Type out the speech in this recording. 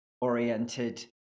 oriented